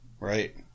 Right